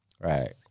Right